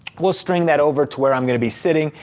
we'll string that over to where i'm gonna be sitting.